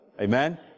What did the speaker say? Amen